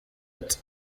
ati